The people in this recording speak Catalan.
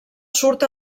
surt